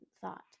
thought